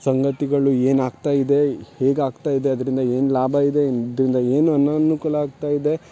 ಸಂಗತಿಗಳು ಏನು ಆಗ್ತಾ ಇದೆ ಹೇಗೆ ಆಗ್ತಾ ಇದೆ ಅದರಿಂದ ಏನು ಲಾಭ ಇದೆ ಇದರಿಂದ ಏನು ಅನನುಕೂಲ ಆಗ್ತಾ ಇದೆ